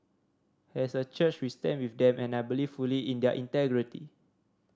as a church we stand with them and I believe fully in their integrity